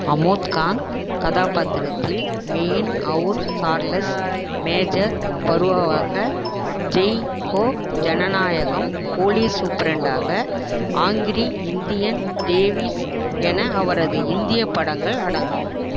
அமோத் காந்த் கதாபாத்திரத்தில் Main Aur Charles major பருவவாக ஜெய் ஹோ ஜனநாயகம் போலீஸ் சூப்பிரண்டாக ஆங்கிரி இந்தியன் தேவிஸ் என அவரது இந்தியப் படங்கள் அடங்கும்